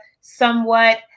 somewhat